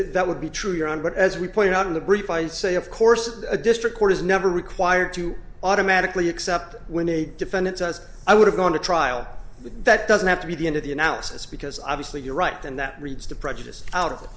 that would be true you're on but as we pointed out in the brief i'd say of course a district court is never required to automatically accept when a defendant says i would have gone to trial that doesn't have to be the end of the analysis because obviously you're right and that reads the prejudice out